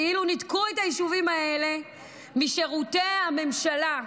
כאילו ניתקו את היישובים האלה משירותי הממשלה,